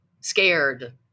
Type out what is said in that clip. scared